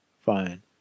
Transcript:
Fine